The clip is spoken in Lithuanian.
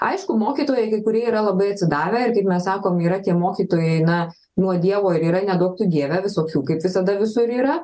aišku mokytojai kai kurie yra labai atsidavę ir kaip mes sakom yra tie mokytojai na nuo dievo ir yra neduok tu dieve visokių kaip visada visur yra